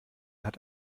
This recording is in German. hat